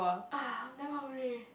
ah I am damn hungry eh